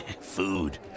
Food